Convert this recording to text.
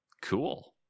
cool